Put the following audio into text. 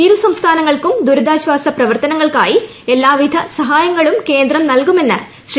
ഇരുസംസ്ഥാനങ്ങൾക്കും ദുരിതാശ്വാസ പ്രവർത്തനങ്ങൾക്കായി എല്ലാവിധ സഹായങ്ങളും കേന്ദ്രം നൽകുമെന്ന് ശ്രീ